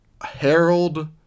Harold